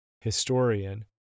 historian